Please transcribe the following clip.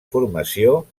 formació